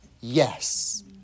yes